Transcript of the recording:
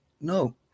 No